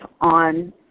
on